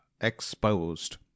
exposed